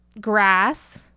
grass